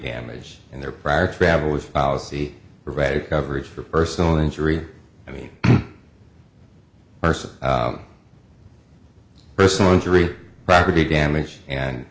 damage in their prior travel with policy provided coverage for personal injury i mean person's personal injury property damage and